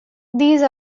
these